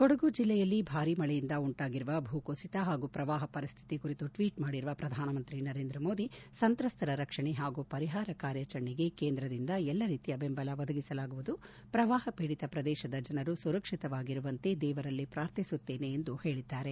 ಕೊಡಗು ಜಿಲ್ಲೆಯಲ್ಲಿ ಭಾರಿ ಮಳೆಯಿಂದ ಉಂಟಾಗಿರುವ ಭೂ ಕುಸಿತ ಹಾಗೂ ಪ್ರವಾಹ ಪರಿಸ್ಟಿತಿ ಕುರಿತು ಟ್ವೀಟ್ ಮಾಡಿರುವ ಪ್ರಧಾನಮಂತ್ರಿ ನರೇಂದ್ರ ಮೋದಿ ಸಂತ್ರಸ್ತರ ರಕ್ಷಣೆ ಹಾಗೂ ಪರಿಹಾರ ಕಾರ್ಯಾಚರಣೆಗೆ ಕೇಂದ್ರದಿಂದ ಎಲ್ಲಾ ರೀತಿಯ ಬೆಂಬಲ ಒದಗಿಸಲಾಗುವುದು ಪ್ರವಾಹ ಪೀಡಿತ ಪ್ರದೇಶದ ಜನರು ಸುರಕ್ಷಿತವಾಗಿರುವಂತೆ ದೇವರಲ್ಲಿ ಪ್ರಾರ್ಥಿಸುತ್ತೇನೆ ಎಂದು ಹೇಳಿದ್ದಾರೆ